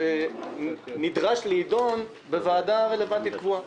נדרש להידון בוועדה הרלוונטית הקבועה.